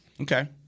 Okay